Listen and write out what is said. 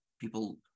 people